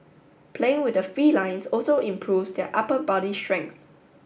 playing with the felines also improves their upper body strength